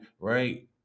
right